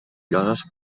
lloses